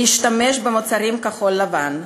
להשתמש במוצרים כחול-לבן.